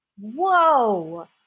Whoa